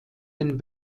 den